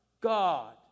God